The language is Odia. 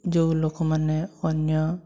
ଯେଉଁ ଲୋକମାନେ ଅନ୍ୟ